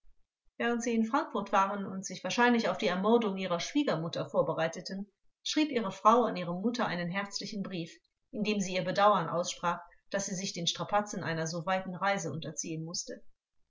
während sie in frankfurt waren und sich wahrscheinlich auf die ermordung ihrer schwiegermutter vorbereiteten schrieb ihre frau an ihre mutter einen herzlichen brief in dem sie ihr bedauern aussprach daß sie sich den strapazen einer so weiten reise unterziehen mußte